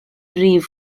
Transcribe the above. rif